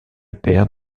père